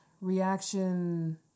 reaction